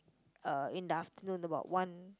uh in the afternoon about one